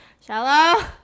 Shallow